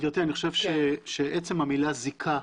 חושב שבעצם המילה "זיקה"